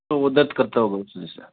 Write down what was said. तो वो दर्द करता होगा उस में से